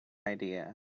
idea